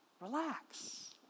relax